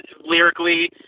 lyrically